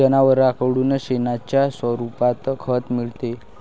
जनावरांकडून शेणाच्या स्वरूपात खत मिळते